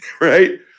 right